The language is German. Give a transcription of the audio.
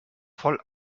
voll